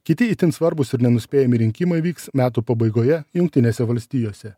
kiti itin svarbūs ir nenuspėjami rinkimai vyks metų pabaigoje jungtinėse valstijose